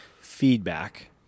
feedback